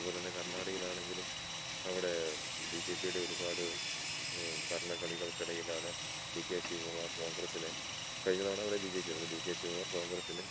അതുപോലെ തന്നെ കർണാടകയിലാണെങ്കിലും അവിടെ ബിജെപിയുടെ ഒരുപാട് ഭരണ കളികൾക്ക് ഇടയിലാണ് ബികെ ശിവകുമാർ കോൺഗ്രസിനെ കഴിഞ്ഞ തവണ അവിടെ ബി ജെ പി ആയിരുന്നു ബികെ ശിവകുമാർ കോൺഗ്രസ്സിന്